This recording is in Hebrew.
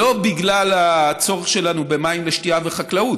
ולא בגלל הצורך שלנו במים לשתייה וחקלאות,